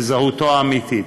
ובזהותו האמיתית.